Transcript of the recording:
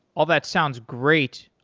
oh, that sounds great.